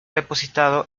depositado